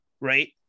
right